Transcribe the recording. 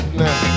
now